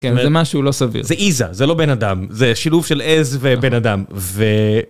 כן זה משהו לא סביר זה עיזה זה לא בן אדם זה שילוב של עז ובן אדם ו...